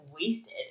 wasted